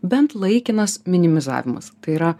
bent laikinas minimizavimas tai yra